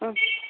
ഹ്മ്